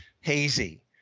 hazy